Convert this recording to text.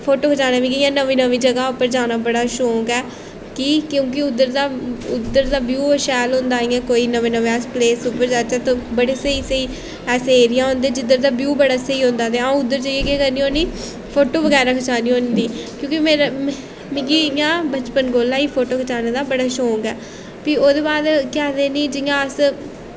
photo खचाना मिगी इ'यां नमीं नमीं जगह् उप्पर जाना मिगी बड़ा शौंक ऐ कि क्योंकि उद्धर दा उद्धर दा व्यू शैल होंदा इ'यां कोई ननें नमें अस प्लेस उप्पर जाच्चै तां बड़े स्हेई स्हेई ऐसे एरिया होंदे जिद्धर दा व्यू बड़ा स्हेई होंदा ते अ'ऊं उद्धर जाइयै केह् करनी होन्नी फोटो बगैरा खचानी होन्नी क्योंकि मेरी मिगी इ'यां बचपन कोला गै फोटो खचाने दा बड़ा शौंक ऐ फ्ही ओह्दे बाद केह् आखदे नी जियां अस